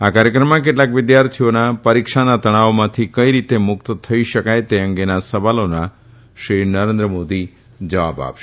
આ કાર્યક્રમમાં કેટલાક વિદ્યાર્થીઓના પરીક્ષાના તણાવમાંથી કઇ રીતે મુકત થઇ શકાય તે અંગેના સવાલોના શ્રી નરેન્દ્ર મોદી જવાબ આપશે